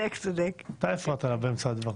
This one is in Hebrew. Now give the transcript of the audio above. אתה הפרעת לה באמצע הדברים.